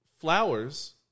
Flowers